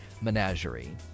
Menagerie